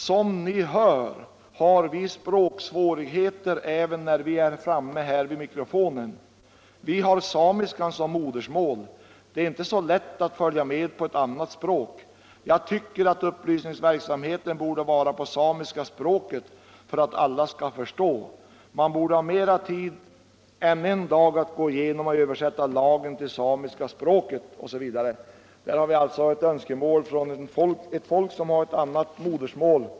Som ni hör, har vi språksvårigheter även när vi är här framme vid mikrofonen. Vi har samiskan som modersmål, det är inte så lätt att följa med på ett annat språk. Jag tycker att upplysningsverksamheten borde vara på samiska språket för att alla skall förstå. Man borde ha mera tid än en dag att gå igenom och översätta lagen till samiska språket, —--.” Det är alltså ett önskemål från en representant för ett folk som har ett annat modersmål.